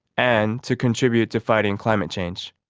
and to contribute to fighting climate change.